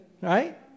right